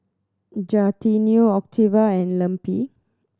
Gaetano Octavia and Lempi